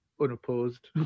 unopposed